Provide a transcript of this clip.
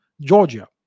Georgia